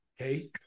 Okay